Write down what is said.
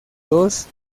dos